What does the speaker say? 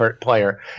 player